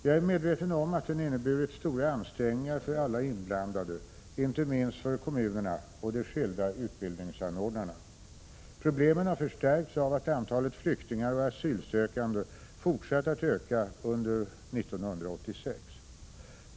Jag är medveten om att den inneburit stora ansträngningar för alla inblandade, inte minst för kommunerna och de skilda utbildningsanordnarna. Problemen har förstärkts av att antalet flyktingar och asylsökande fortsatt att öka under år 1986.